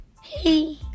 hey